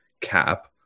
cap